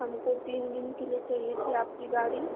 हमको तीन दिन के लिए चाहिए थी आपकी गाड़ी